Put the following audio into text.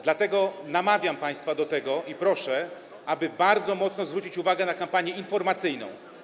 Dlatego namawiam państwa do tego i proszę, aby bardzo mocno zwrócić uwagę na kampanię informacyjną.